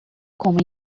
como